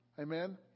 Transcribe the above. Amen